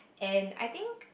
and I think